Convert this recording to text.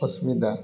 ଅସ୍ମିଦା